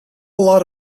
lot